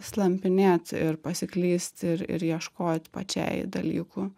slampinėt ir pasiklyst ir ir ieškot pačiai dalykų